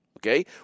Okay